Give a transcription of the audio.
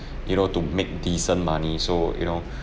you know to make decent money so you know